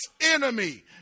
enemy